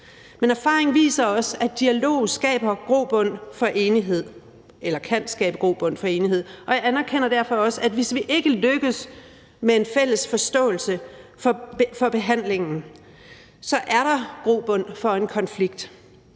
Men erfaringen viser også, at dialog kan skabe grobund for enighed, og jeg anerkender derfor også, at hvis vi ikke lykkes med en fælles forståelse for behandlingen, er der grobund for en konflikt,